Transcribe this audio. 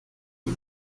den